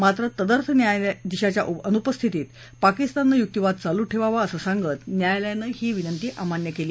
मात्र तदर्थ न्यायाधीशाच्या अनुपस्थित पाकिस्ताननं युक्तीवाद चालू ठेवावा असं सांगत न्यायालयानं ही विनंती अमान्य केली